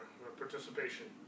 participation